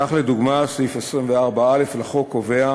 כך, לדוגמה, סעיף 24(א) לחוק קובע